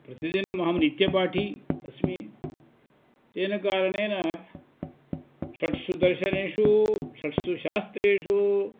प्रतिदिनम् अहं नित्यपाठी अस्मि तेन कारणेन षट्सु दर्शनेषु षट्सु शास्त्रेषु